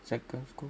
second school